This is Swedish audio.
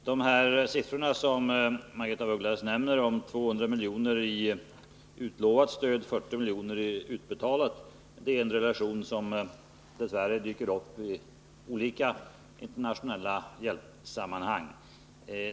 De siffror som Margaretha af Ugglas nämner — 200 milj.kr. i utlovat stöd och 40 milj.kr. i utbetalat stöd — är en relation som dess värre dyker upp i olika internationella hjälpsammanhang.